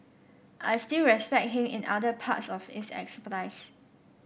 I still respect him in other parts of his expertise